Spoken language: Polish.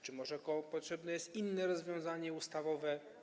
Czy może potrzebne jest inne rozwiązanie ustawowe?